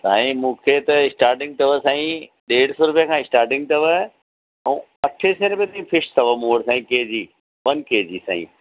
साईं मूंखे त स्टार्टिंग अथव साईं ॾेढ सौ रुपए खां स्टार्टिंग अथव ऐं अठे सै रुपए ताईं फ़िश अथव मूं वटि K G one K G साईं